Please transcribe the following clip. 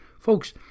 Folks